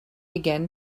again